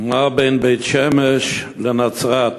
מה בין בית-שמש לנצרת?